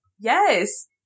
Yes